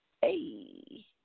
Hey